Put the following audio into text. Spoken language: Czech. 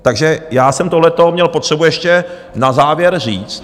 Takže já jsem tohleto měl potřebu ještě na závěr říct.